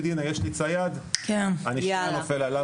הנה יש לי צייד אני שנייה נופל עליו,